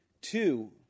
two